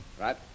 Right